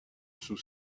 sous